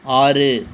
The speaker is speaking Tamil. ஆறு